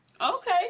okay